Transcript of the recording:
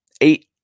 eight